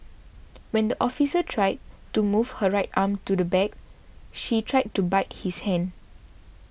when the officer tried to move her right arm to the back she tried to bite his hand